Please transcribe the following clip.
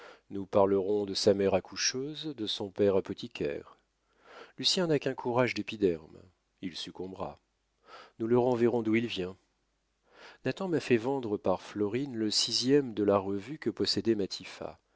nous parlerons de sa mère accoucheuse de son père apothicaire lucien n'a qu'un courage d'épiderme il succombera nous le renverrons d'où il vient nathan m'a fait vendre par florine le sixième de la revue que possédait